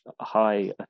high